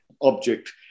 object